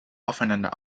aufeinander